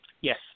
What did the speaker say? Yes